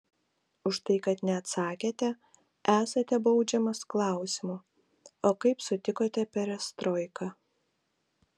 už tai kad neatsakėte esate baudžiamas klausimu o kaip sutikote perestroiką